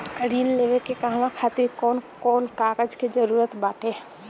ऋण लेने के कहवा खातिर कौन कोन कागज के जररूत बाटे?